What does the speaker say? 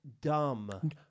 dumb